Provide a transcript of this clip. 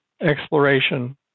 exploration